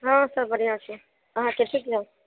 हँ सभ बढ़िआँ छै अहाँके ठीक ने